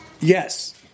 yes